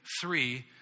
three